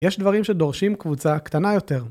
יש דברים שדורשים קבוצה קטנה יותר